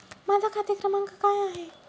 माझा खाते क्रमांक काय आहे?